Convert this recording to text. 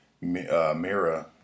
Mira